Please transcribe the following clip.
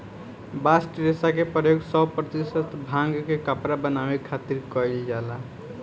bast रेशा के प्रयोग सौ प्रतिशत भांग के कपड़ा बनावे खातिर कईल जाला